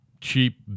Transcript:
cheap